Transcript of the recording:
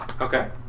Okay